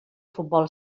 futbol